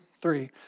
three